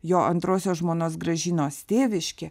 jo antrosios žmonos gražinos tėviškė